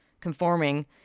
conforming